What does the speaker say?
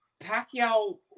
Pacquiao